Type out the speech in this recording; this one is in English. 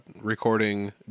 recording